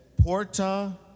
porta